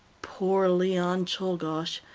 poor leon czolgosz,